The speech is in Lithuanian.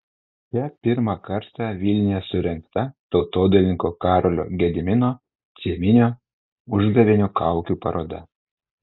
čia pirmą kartą vilniuje surengta tautodailininko karolio gedimino cieminio užgavėnių kaukių paroda